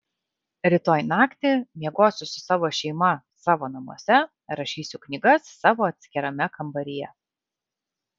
rytoj naktį miegosiu su savo šeima savo namuose rašysiu knygas savo atskirame kambaryje